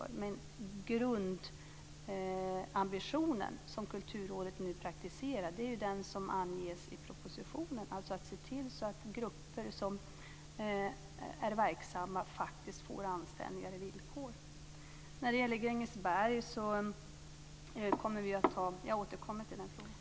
Men den grundambition som Kulturrådet nu praktiserar är ju den som anges i propositionen, alltså att se till så att grupper som är verksamma faktiskt får anständigare villkor. Jag återkommer till frågan om Grängesberg.